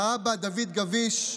האבא דוד גביש,